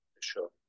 sure